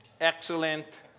excellent